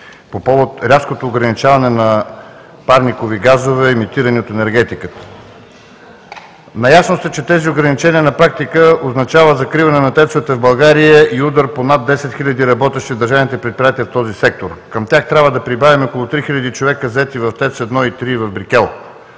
по повод рязкото ограничаване на парникови газове, емитирани от енергетиката. Наясно сте, че тези ограничения на практика означават закриване на ТЕЦ-овете в България и удар по над 10 000 работещи в държавните предприятия в този сектор. Към тях трябва да прибавим и около 3000 човека, заети в ТЕЦ 1 и 3 в „Брикел“.